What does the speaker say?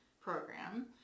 Program